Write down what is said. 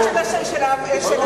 רק משטר דמוקרטי, בהחלט.